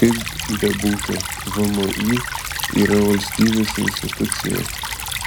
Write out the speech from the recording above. kaip bebūtų vmi yra valstybės institucija